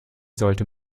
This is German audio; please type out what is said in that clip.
sollte